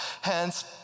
Hence